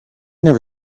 never